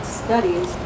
studies